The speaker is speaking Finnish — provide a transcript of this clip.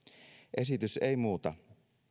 esitys ei muuta